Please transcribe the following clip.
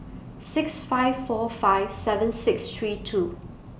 six five four five seven six three two